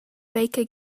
baker